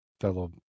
fellow